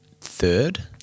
third